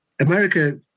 America